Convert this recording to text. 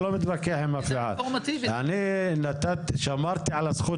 זה אינפורמטיבי --- אני שמרתי על הזכות